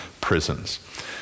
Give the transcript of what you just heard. prisons